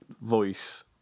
voice